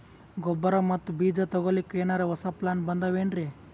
ಗೊಬ್ಬರ ಮತ್ತ ಬೀಜ ತೊಗೊಲಿಕ್ಕ ಎನರೆ ಹೊಸಾ ಪ್ಲಾನ ಬಂದಾವೆನ್ರಿ?